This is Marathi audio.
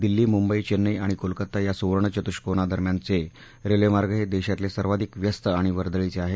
दिल्ली मुंबई चेन्नई आणि कोलकता या सुवर्ण चतुष्कोना दरम्यानचे रेल्वेमार्ग हे देशातले सर्वाधिक व्यस्त आणि वर्दळीचे आहेत